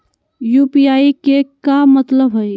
UPI के का मतलब हई?